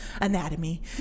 anatomy